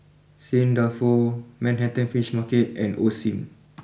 St Dalfour Manhattan Fish Market and Osim